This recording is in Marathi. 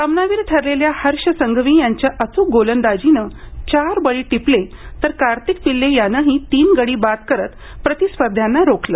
सामनावीर ठरलेल्या हर्ष संघवी याच्या अच्रक गोलंदाजीनं चार बळी टिपले तर कार्तिक पिल्ले यानंही तीन गडी बाद करत प्रतिस्पर्ध्यांना रोखलं